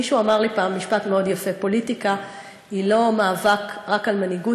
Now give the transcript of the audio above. מישהו אמר לי פעם משפט יפה מאוד: פוליטיקה היא לא מאבק רק על מנהיגות,